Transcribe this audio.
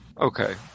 Okay